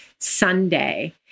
Sunday